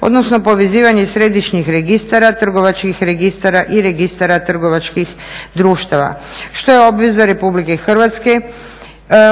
odnosno povezivanje središnjih registara, trgovačkih registara i registara trgovačkih društava, što je obveza Republike Hrvatske